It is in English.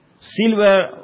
Silver